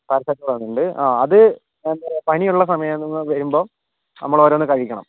paracetamol തന്നിട്ടുണ്ട് അത് എന്താ പറയുക പനിയുള്ള സമയം നിങ്ങൾ വരുമ്പോൾ നമ്മൾ ഓരോന്ന് കഴിക്കണം